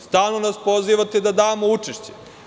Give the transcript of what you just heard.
Stalno nas pozivate da damo učešće.